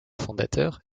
fondateur